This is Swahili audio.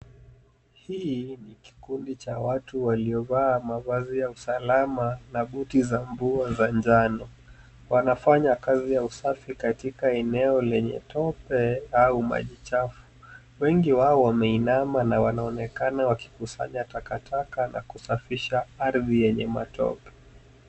Hii ni kikundi cha watu waliovaa mavazi ya usalama na buti za mvua za njano. Wanafanya kazi ya usafi katika eneo lenye tope au maji chafu. Wengi wao wameinama na wanaonekana wakikusanya takataka na kusafisha ardhi yenye matope.